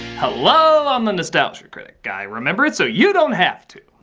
hello, i'm the nostalgia critic. i remember it, so you don't have to.